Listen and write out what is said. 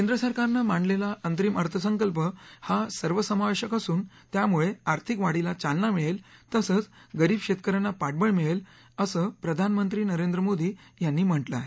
केंद्र सरकारनं मांडलेला अंतरिम अर्थसंकल्प हा सर्वसमावेशक असून त्यामुळे आर्थिक वाढीला चालना मिळेल तसंच गरीब शेतक यांना पाठबळ मिळेल असं प्रधानमंत्री नरेंद्र मोदी यांनी म्हटलं आहे